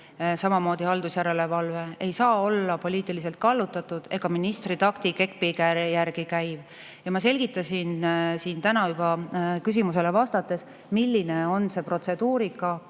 samamoodi haldusjärelevalve ei saa olla poliitiliselt kallutatud ega ministri taktikepi järgi käiv. Ma selgitasin siin täna juba ühele küsimusele vastates, milline on see protseduurika,